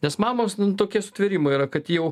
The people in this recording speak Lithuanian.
nes mamos nu tokie sutvėrimai yra kad jau